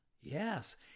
Yes